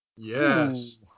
Yes